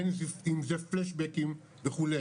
בין אם זה פלאשבקים וכו'.